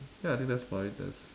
ya I think that's fine that's